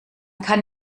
kann